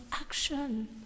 action